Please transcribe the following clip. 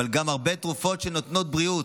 אבל גם הרבה תרופות שנותנות בריאות,